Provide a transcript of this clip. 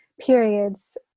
periods